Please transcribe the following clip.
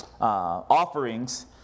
offerings